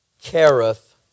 careth